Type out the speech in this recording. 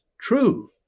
true